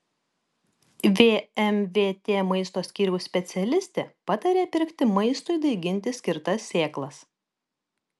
vmvt maisto skyriaus specialistė pataria pirkti maistui daiginti skirtas sėklas